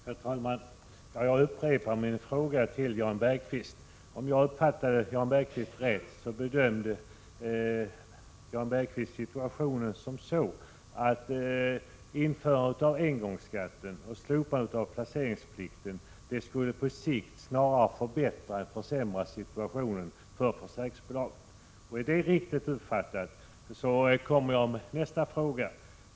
Herr talman! Jag vill upprepa min fråga till Jan Bergqvist. Om jag uppfattade Jan Bergqvist rätt, bedömde han situationen så att införandet av engångsskatten och slopandet av placeringsplikten skulle på sikt snarare förbättra än försämra läget för försäkringsbolagen.